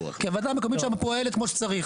כי הוועדה המקומית שם פועלת כמו שצריך.